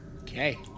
Okay